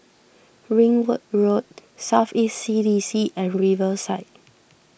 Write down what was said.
Ringwood Road South East C D C and Riverside